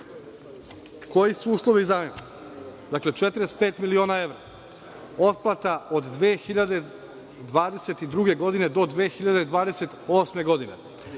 A.Koji su uslovi zajma? Dakle, 45 miliona evra, otplata od 2022. godine do 2028. godine,